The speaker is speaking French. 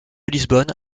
lisbonne